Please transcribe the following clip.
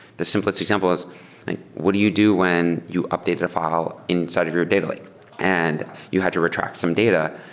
the simplest example is what do you do when you updated a file inside of your data lake and you had to retract some data?